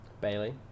Bailey